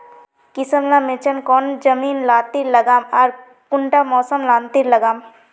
किसम ला मिर्चन कौन जमीन लात्तिर लगाम आर कुंटा मौसम लात्तिर लगाम?